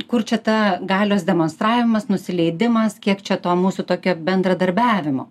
kur čia ta galios demonstravimas nusileidimas kiek čia to mūsų tokio bendradarbiavimo